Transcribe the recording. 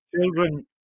children